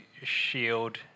Shield